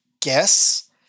guess